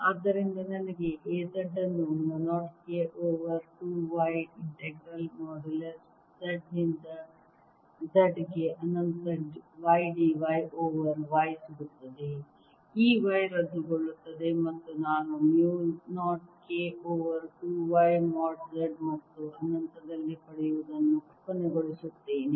ಆದ್ದರಿಂದ ನನಗೆ A z ಅನ್ನು mu 0 K over 2 y integral modulus z ನಿಂದ z ಗೆ ಅನಂತ y d y over y ಸಿಗುತ್ತದೆ ಈ y ರದ್ದುಗೊಳ್ಳುತ್ತದೆ ಮತ್ತು ನಾನು mu 0 K over 2 y mod Z ಮತ್ತು ಅನಂತದಲ್ಲಿ ಪಡೆಯುವುದನ್ನು ಕೊನೆಗೊಳಿಸುತ್ತೇನೆ